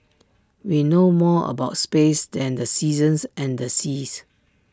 we know more about space than the seasons and the seas